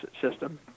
system